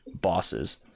bosses